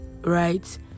right